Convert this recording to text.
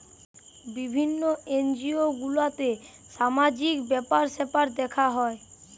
বিভিন্ন এনজিও গুলাতে সামাজিক ব্যাপার স্যাপার দেখা হয়